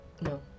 no